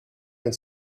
and